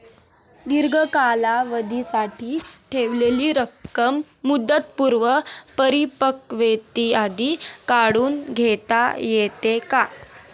दीर्घ कालावधीसाठी ठेवलेली रक्कम मुदतपूर्व परिपक्वतेआधी काढून घेता येते का?